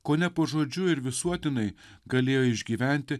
kone pažodžiui ir visuotinai galėjo išgyventi